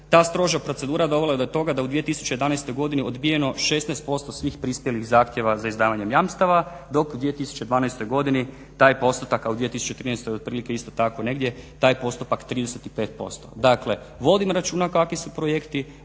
ta stroža procedura dovela je do toga da u 2011. godini odbijeno 16% svih prispjelih zahtjeva za izdavanjem jamstava dok u 2012. godini taj postotak, a u 2013. otprilike isto tako negdje taj je postotak 35%. Dakle, vodim računa kakvi su projekti,